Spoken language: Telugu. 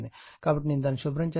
కాబట్టి నేను దానిని శుభ్రం చేస్తాను